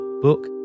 book